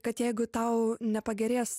kad jeigu tau nepagerės